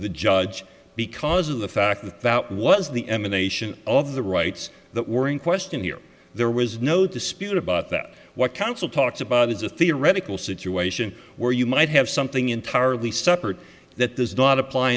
the judge because of the fact that that was the emanation of the rights that were in question here there was no dispute about that what counsel talks about is a theoretical situation where you might have something entirely separate that does not apply